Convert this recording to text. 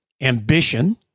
ambition